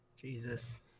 Jesus